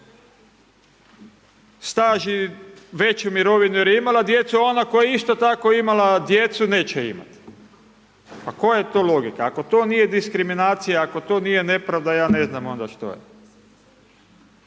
staž i veću mirovinu jer je imala djecu a ona koja je isto tako imala djecu neće imati? Pa koja je to logika? Ako to nije diskriminacija, ako to nije nepravda, ja ne znam onda što je.